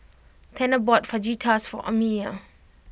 Tanner bought Fajitas for Amiya